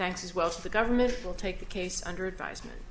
thanks as well to the government will take the case under advisement